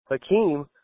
Hakeem